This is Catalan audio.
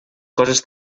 coses